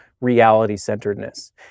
reality-centeredness